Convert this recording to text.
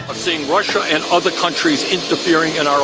seeing russia and other countries interfering in our